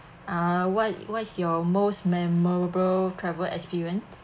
uh what what is your most memorable travel experience